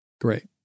Great